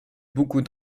beaucoup